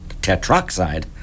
tetroxide